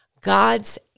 God's